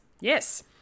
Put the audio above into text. Yes